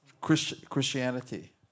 Christianity